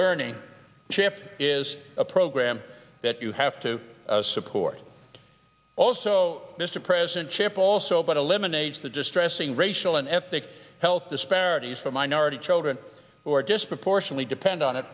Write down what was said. learning champ is a program that you have to support also mr president chip also but eliminates the distressing racial and ethnic health disparities for minority children who are disproportionately depend on it